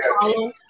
follow